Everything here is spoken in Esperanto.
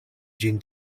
ĝin